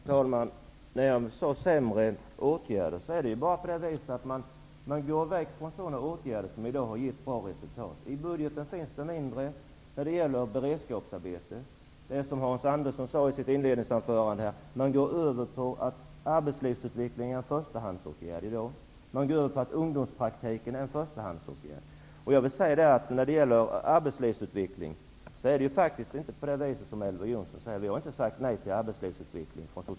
Herr talman! När jag talade om sämre åtgärder menade jag bara att man gått över från åtgärder som hittills har gett bra resultat. I budgeten finns mindre av satsningar på beredskapsarbeten. Som Hans Andersson sade i sitt inledningsanförande går man över till att se arbetslivsutveckling som en förstahandsåtgärd. Även ungdomspraktiken börjar ses som en förstahandsåtgärd. Det är inte, som Elver Jonsson påstår, så att vi socialdemokrater säger nej till arbetslivsutveckling.